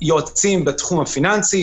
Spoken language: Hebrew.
מיועצים בתחום הפיננסי,